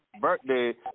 birthday